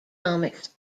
comics